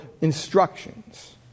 instructions